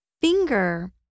Finger